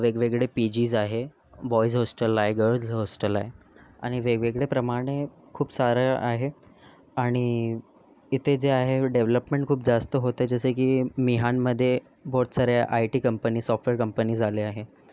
वेगवेगळे पीजीज आहे boys hostel आहे गर्ल्स हॉस्टेल आहे आणि वेगवेगळे प्रमाणे खूप सारं आहे आणि इथे जे आहे डेव्हलपमेंट खूप जास्त होते जसं की मिहानमधे बोहोत साऱ्या IT companies software companies आल्या आहे